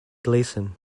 gleason